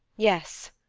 yes,